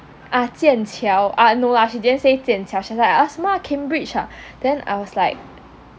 ah 剑桥 ah no lah she didn't say 剑桥 she was like ah 什么啊 cambridge ah then I was like